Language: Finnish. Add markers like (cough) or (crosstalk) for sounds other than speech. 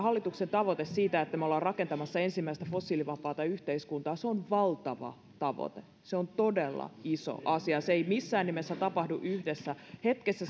(unintelligible) hallituksen tavoite että me olemme rakentamassa ensimmäistä fossiilivapaata yhteiskuntaa on valtava tavoite se on todella iso asia se ei missään nimessä tapahdu yhdessä hetkessä (unintelligible)